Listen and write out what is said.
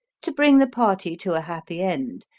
to bring the party to a happy end,